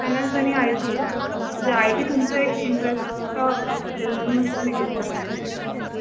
finance आणि I T आहे अच्छा म्हणजे आय टी तुमचं एक इंटरेस्टचं असेल म्हणूनच तुम्ही घेतलं फायनान्स आणि आय टी